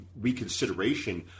reconsideration